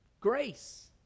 Grace